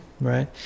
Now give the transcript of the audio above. right